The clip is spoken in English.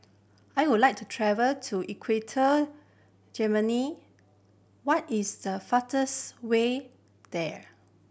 I would like to travel to Equatorial Guinea what is the fastest way there